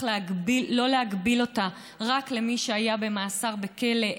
לא להגביל אותו רק למי שהיה במאסר בכלא,